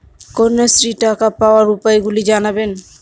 কন্যাশ্রীর টাকা পাওয়ার উপায়গুলি জানাবেন?